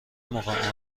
موقع